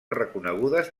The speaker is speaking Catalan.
reconegudes